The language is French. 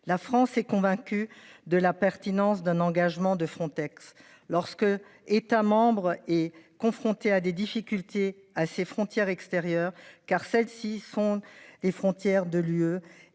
La France est convaincu de la pertinence d'un engagement de Frontex lorsque États est confronté à des difficultés à ses frontières extérieures car celles-ci sont les frontières de l'UE